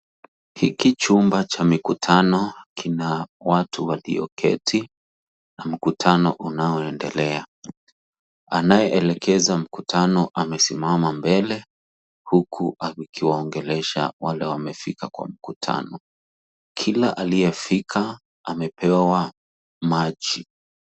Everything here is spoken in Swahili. Hiki chumba cha mikutano kina watu walioketi na mkutano unaoendele. Anayeelekeza mkutano amesimama mbele huku akiwaongelesha wale wamefika kwa mkutano. Kila aliyefika amepewa maji.